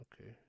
Okay